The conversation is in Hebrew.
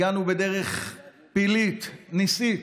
הגענו בדרך פלאית, ניסית.